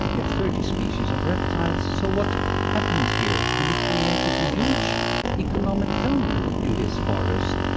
we have thirty species of reptiles. so what happened here? and we created a huge economic failure in this forest.